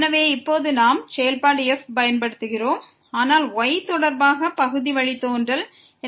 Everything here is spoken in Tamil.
எனவே இப்போது நாம் செயல்பாடு fஐ பயன்படுத்துகிறோம் ஆனால் y தொடர்பாக பகுதி வழித்தோன்றல் இருக்கிறது